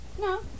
No